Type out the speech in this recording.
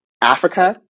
Africa